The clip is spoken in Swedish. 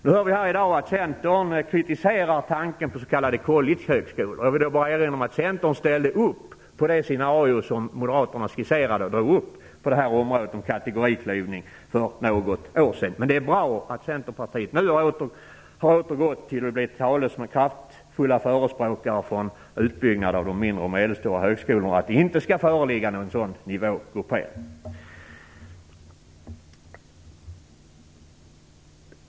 Centern kritiserar i dag tanken på s.k. collegehögskolor. Jag vill då bara erinra om att Centern för något år sedan ställde upp på det scenario som moderaterna skisserade när det gäller kategoriklyvning. Det är bra att centerpartisterna nu har återgått till att bli talesmän och förespråkare för en utbyggnad av de mindre och medelstora högskolorna, och för att det inte skall föreligga någon sådan nivågruppering.